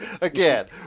Again